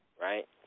right